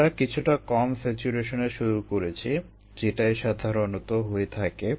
আমরা কিছুটা কম স্যাচুরেশনে শুরু করছি যেটাই সাধারণত হয়ে থাকে